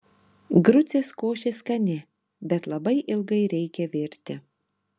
grucės košė skani bet labai ilgai reikia virti